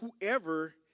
whoever